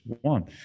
one